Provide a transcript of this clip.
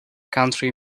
country